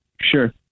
Sure